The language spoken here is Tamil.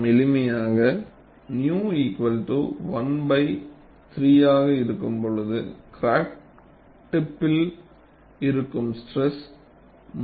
நாம் எளிமையாக நீயூ 𝝼 1 பை 3ஆக இருக்கும் பொழுது கிராக் டிப்பில் இருக்கும் ஸ்ட்ரெஸ்